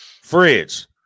Fridge